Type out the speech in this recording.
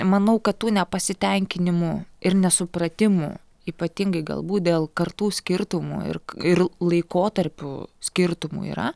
manau kad tų nepasitenkinimų ir nesupratimų ypatingai galbūt dėl kartų skirtumų ir ir laikotarpių skirtumų yra